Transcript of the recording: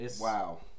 Wow